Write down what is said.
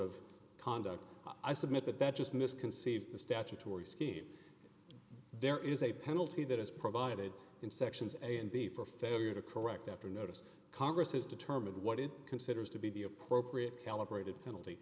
of conduct i submit that that just misconceived the statutory scheme there is a penalty that is provided in sections a and b for failure to correct after notice congress has determined what it considers to be the appropriate calibrated penalty